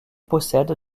possède